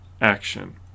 action